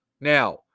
Now